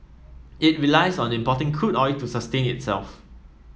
it relies on importing crude oil to sustain itself